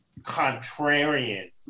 contrarian